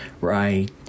Right